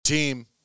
Team